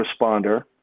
responder